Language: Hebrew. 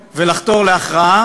יימשך?